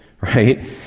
right